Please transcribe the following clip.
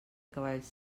cavalls